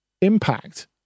impact